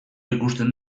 ikusten